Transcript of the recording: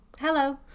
Hello